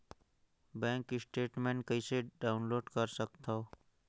Bank statement कइसे download कर सकथव?